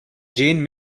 jane